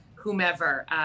Whomever